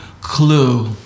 clue